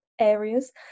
areas